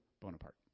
Bonaparte